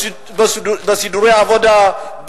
בסידורי העבודה,